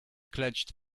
clenched